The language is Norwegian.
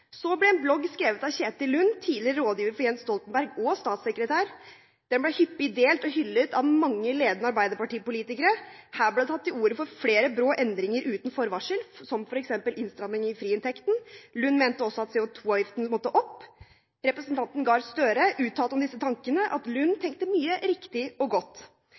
Så ble en blogg skrevet av Kjetil Lund, tidligere rådgiver for Jens Stoltenberg og tidligere statssekretær. Den ble hyppig delt og hyllet av mange ledende arbeiderpartipolitikere. Her ble det tatt til orde for flere brå endringer uten forvarsel, som f.eks. innstramming i friinntekten. Lund mente også at CO2-avgiften måtte opp. Representanten Gahr Støre uttalte om disse tankene at Lund tenkte mye riktig og godt.